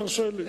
תרשה לי.